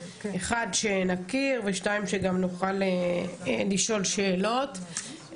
כדי שנכיר את הנושא ונוכל לשאול שאלות.